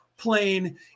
plane